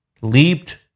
leaped